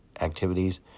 activities